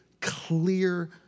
clear